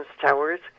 Towers